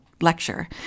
lecture